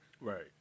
Right